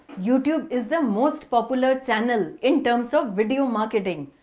youtube is the most popular channel in terms of video marketing.